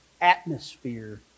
Atmosphere